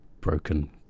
broken